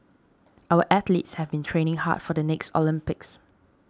our athletes have been training hard for the next Olympics